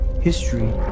History